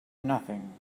nothing